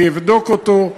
אני אבדוק אותו.